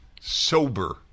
sober